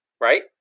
Right